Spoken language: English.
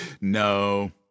No